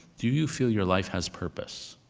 do you feel your life has purpose?